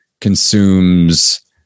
consumes